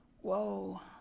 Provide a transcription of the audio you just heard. whoa